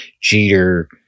Jeter